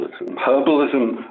Herbalism